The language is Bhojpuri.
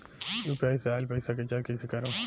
यू.पी.आई से आइल पईसा के जाँच कइसे करब?